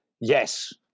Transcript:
Yes